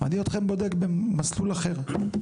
אני אתכם בודק במסלול אחר.